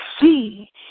see